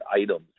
items